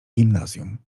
gimnazjum